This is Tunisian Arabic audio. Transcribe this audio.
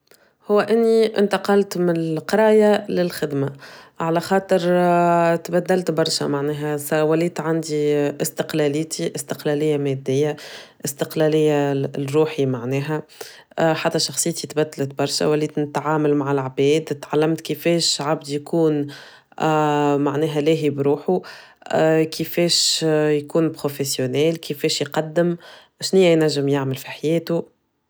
هو إني إنتقلت من القراية للخدمة على خاطر تبدلت برشا معناها صار وليت عندي استقلاليتي استقلالية مادية استقلالية لروحي معناها حتى شخصيتي تبدلت برشا وليت نتعامل مع العباد تعلمت كيفاش عبد يكون معنها لاهي بروحه كيفاش يكون بخوفيسيونيل كيفاش يقدم شنيه ينجم يعمل في حياته.